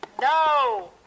No